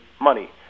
money